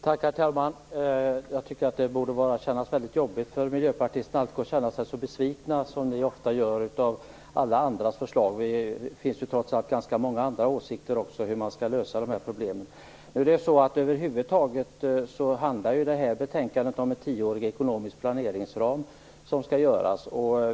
Herr talman! Det borde kännas väldigt jobbigt för miljöpartister att alltid känna sig så besvikna som ni ofta gör över alla andras förslag. Det finns ganska många åsikter om hur man skall lösa problemen. Över huvud taget handlar det här betänkandet om en tioårig ekonomisk planeringsram som skall göras.